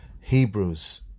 Hebrews